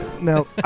Now